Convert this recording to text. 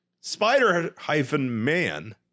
Spider-Man